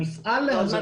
המפעל להזנה,